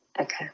Okay